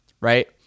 right